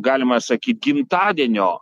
galima sakyt gimtadienio